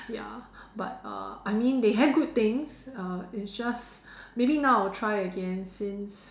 ya but uh I mean they have good things uh it's just maybe now I will try it again since